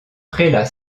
prélat